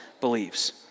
believes